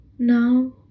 Now